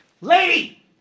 Lady